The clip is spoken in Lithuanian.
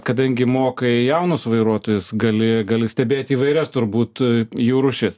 kadangi mokai jaunus vairuotojus gali gali stebėti įvairias turbūt jų rūšis